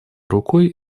рукой